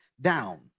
down